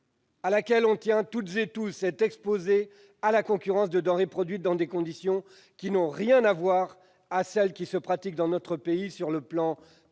à laquelle nous tenons tous, est exposée à la concurrence de denrées produites dans des conditions qui n'ont rien à voir avec celles qui se pratiquent dans notre pays, au point de